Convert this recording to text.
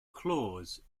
claws